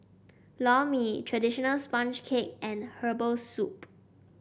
Lor Mee traditional sponge cake and Herbal Soup